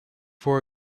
for